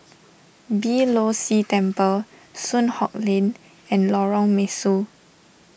Beeh Low See Temple Soon Hock Lane and Lorong Mesu